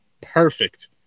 perfect